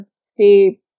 stay